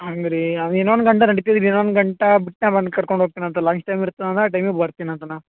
ಹಂಗ ರೀ ಇನ್ನೊಂದು ಗಂಟೆ ನಡೀತದೆ ರೀ ಇನ್ನೊಂದು ಗಂಟೆ ಬಿಟ್ಟು ಬಂದು ಕರ್ಕೊಂಡು ಹೋಗ್ತಿನಂತ ಲಂಚ್ ಟೈಮ್ ಇರ್ತನದ ಆ ಟೈಮಿಗೆ ಬರ್ತಿನಿ ಅಂತ ನಾ